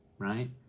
right